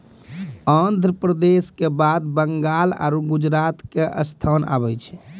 आन्ध्र प्रदेश के बाद बंगाल आरु गुजरात के स्थान आबै छै